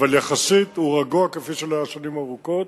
אבל יחסית הוא רגוע כפי שלא היה שנים ארוכות.